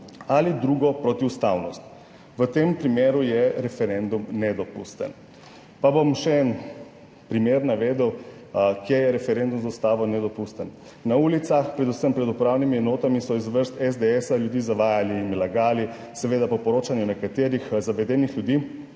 ali drugo protiustavnost. V tem primeru je referendum nedopusten. Pa bom še en primer navedel, kje je referendum z Ustavo nedopusten. Na ulicah, predvsem pred upravnimi enotami, so iz vrst SDS ljudi zavajali in jim lagali, seveda po poročanju nekaterih zavedenih ljudi,